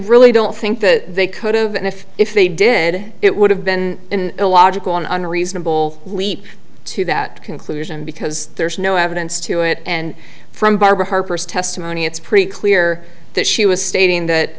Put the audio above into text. really don't think that they could have and if if they did it would have been an illogical an unreasonable leap to that conclusion because there's no evidence to it and from barbara harper's testimony it's pretty clear that she was stating that